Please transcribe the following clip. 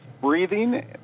breathing